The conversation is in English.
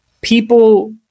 people